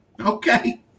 Okay